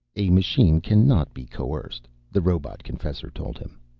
a machine cannot be coerced, the robot-confessor told him.